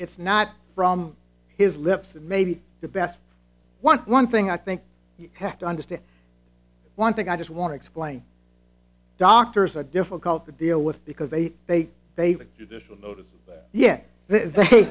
it's not from his lips and maybe the best one one thing i think you have to understand one thing i just want to explain doctors are difficult to deal with because they they they